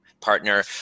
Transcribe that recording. partner